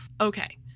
Okay